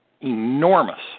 enormous